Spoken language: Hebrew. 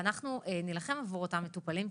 ואנחנו נילחם עבור אותם מטופלים.